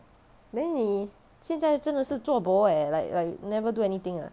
then 你现在真的是做 bo eh like like never do anything ah